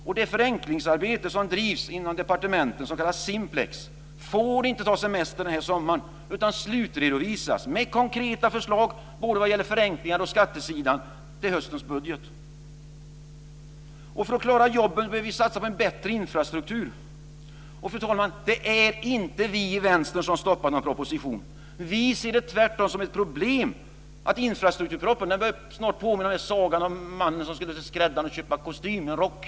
Det förenklingsarbete som drivs inom departementen som kallas Simplex får inte ta semester den här sommaren utan ska slutredovisas med konkreta förslag vad gäller både förenklingar och skattesidan till höstens budget. För att klara jobben behöver vi satsa på en bättre infrastruktur. Det är inte vi i Vänstern, fru talman, som stoppar någon proposition. Vi ser det tvärtom som ett problem att infrastrukturpropositionen snart börjar påminna om sagan om mannen som skulle till skräddaren och köpa en rock.